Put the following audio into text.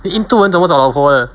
then 印度人怎么找老婆的